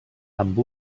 amb